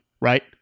right